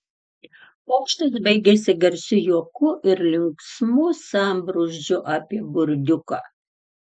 pokštas baigėsi garsiu juoku ir linksmu sambrūzdžiu apie burdiuką